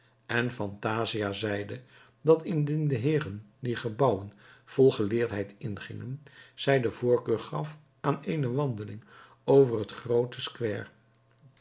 en phantasia zeide dat indien de heeren die gebouwen vol geleerdheid ingingen zij de voorkeur gaf aan eene wandeling over het groote square